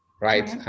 right